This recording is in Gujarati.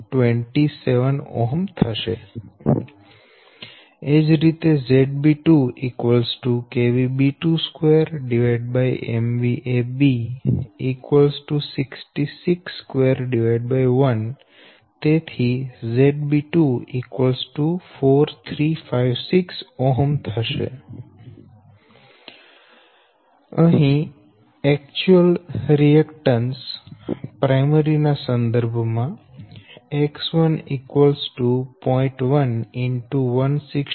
27 એ જ રીતે ZB2 B22B 21 4356 અહી એક્ચ્યુઅલ રિએકટન્સ પ્રાયમરી ના સંદર્ભ માં X1 0